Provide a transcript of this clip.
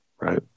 Right